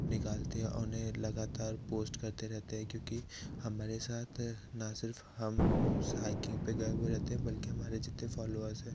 निकालते हैं और उन्हें लगातार पोस्ट करते रहते हैं क्योंकि हमारे साथ न सिर्फ हम उस हाइकिंग पर गए हुए रहते हैं बल्कि हमारे जितने फौलोअर्स हैं